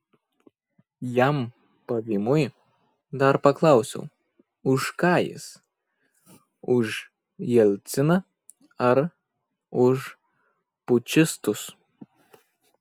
jam pavymui dar paklausiau už ką jis už jelciną ar už pučistus